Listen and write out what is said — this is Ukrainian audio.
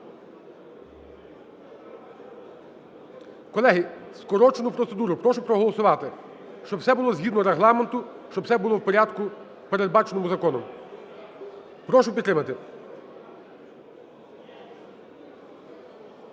Колеги, скорочену процедуру, прошу проголосувати, щоб все було згідно Регламенту, щоб все було в порядку передбаченому законом. Прошу підтримати.